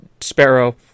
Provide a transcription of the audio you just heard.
sparrow